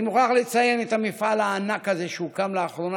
אני מוכרח לציין את המפעל הענקי הזה שהוקם לאחרונה,